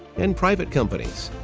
and private companies.